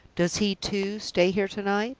does he, too, stay here to-night?